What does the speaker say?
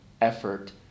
effort